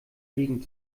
liegen